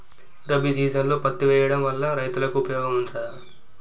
రబీ సీజన్లో పత్తి వేయడం వల్ల రైతులకు ఉపయోగం ఉంటదా?